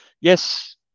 yes